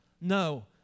No